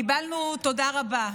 קיבלנו תודה רבה.